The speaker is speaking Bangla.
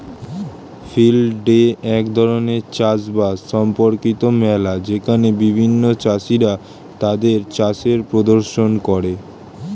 ফিল্ড ডে এক ধরণের চাষ বাস সম্পর্কিত মেলা যেখানে বিভিন্ন চাষীরা তাদের চাষের প্রদর্শন করে